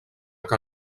que